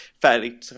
fairly